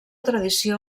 tradició